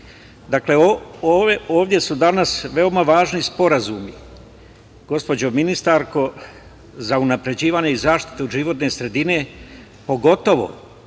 ovde su danas veoma važni sporazumi, gospođo ministarko, za unapređivanje i zaštitu životne sredine, pogotovo